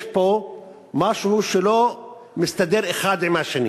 יש פה משהו שלא מסתדר אחד עם השני.